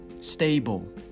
stable